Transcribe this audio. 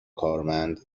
کارمند